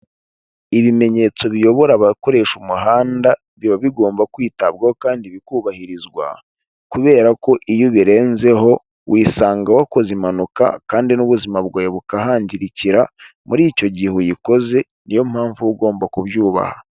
Ibimenyetso biyobora abakoresha umuhanda, biba bigomba kwitabwaho kandi bikubahirizwa, kubera ko iyo ubirenzeho wisanga wakoze impanuka kandi n'ubuzima bwawe bukahangirikira muri icyo gihe uyikoze; ni yo mpamvu uba ugomba kubyubaha.